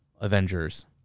Avengers